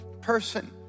person